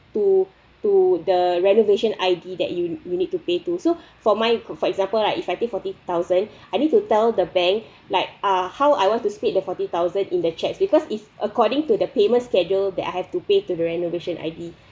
to to the renovation I_D that you you need to pay too so for my for example right if I pay forty thousand I need to tell the bank like uh how I want to split the forty thousand in the checks because it's according to the payment schedule that I have to pay to the renovation I_D